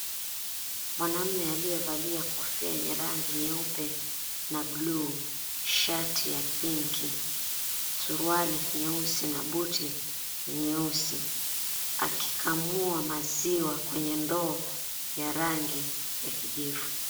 Mwanaume aliyevalia kofia yenye yangi nyeupe na buluu shati ya pink , suruale nyeusi na buti nyeusi akikamua maziwa kwenye ndoo yarangi ya kijivu.